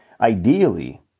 ideally